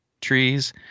trees